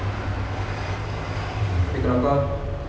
tapi kalau kau